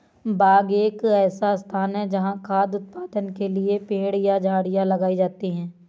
बाग एक ऐसा स्थान है जहाँ खाद्य उत्पादन के लिए पेड़ या झाड़ियाँ लगाई जाती हैं